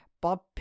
Bob